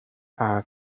can